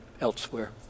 elsewhere